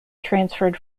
transferred